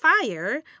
fire